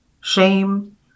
shame